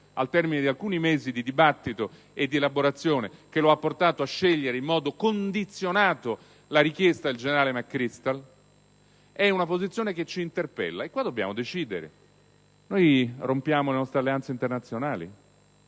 al termine di alcuni mesi di dibattito e di elaborazione che lo ha portato a scegliere in modo condizionato la richiesta del generale McChrystal, rappresenta una posizione che ci interpella; e qui noi dobbiamo decidere. Rompiamo le nostre alleanze internazionali?